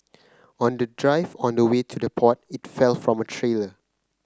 on the drive on the way to the port it fell from a trailer